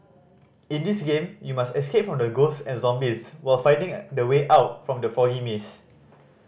in this game you must escape from ghosts and zombies while finding the way out from the foggy maze